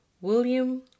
William